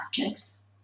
objects